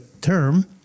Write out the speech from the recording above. term